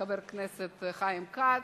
חבר הכנסת חיים כץ,